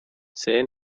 see